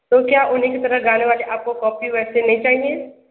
तो क्या उन्हीं की तरह गाने वाले आपको कॉपी वैसे नहीं चाहिए